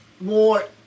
more